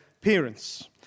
parents